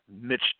Mitch